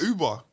Uber